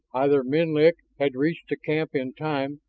either menlik had reached the camp in time,